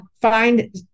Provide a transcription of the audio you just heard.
find